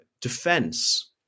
defense